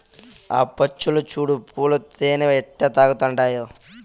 ఆ పచ్చులు చూడు పూల తేనె ఎట్టా తాగతండాయో